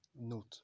Note